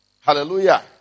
Hallelujah